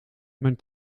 mijn